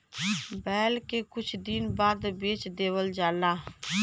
बैल के कुछ दिन बाद बेच देवल जाला